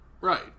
Right